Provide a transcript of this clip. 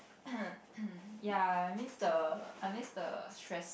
ya I miss the I miss the stress